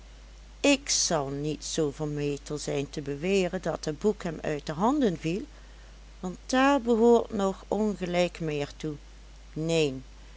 ik zal niet zoo vermetel zijn te beweren dat het boek hem uit de handen viel want daar behoort nog ongelijk meer toe neen